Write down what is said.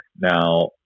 Now